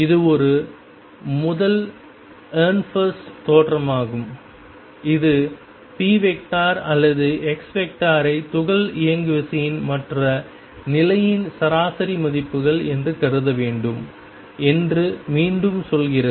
இது ஒரு முதல் எஹ்ரென்ஃபெஸ்ட் தேற்றமாகும் இது ⟨p⟩ அல்லது ⟨x⟩ ஐ துகள் இயங்குவிசையின் மற்றும் நிலையின் சராசரி மதிப்புகள் என்று கருத வேண்டும் என்று மீண்டும் சொல்கிறது